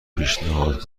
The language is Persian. پیشنهاد